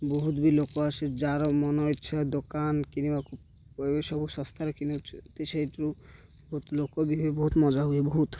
ବହୁତ ବି ଲୋକ ଆସେ ଯାହାର ମନ ଇଚ୍ଛା ଦୋକାନ କିଣିବାକୁ ସବୁ ଶସ୍ତାରେ କିଣୁଛନ୍ତି ସେଇଥିରୁ ବହୁତ ଲୋକ ବି ହୁଏ ବହୁତ ମଜା ହୁଏ ବହୁତ